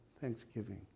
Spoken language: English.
thanksgiving